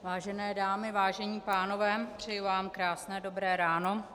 Vážené dámy, vážení pánové, přeji vám krásné dobré ráno.